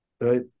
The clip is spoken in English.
right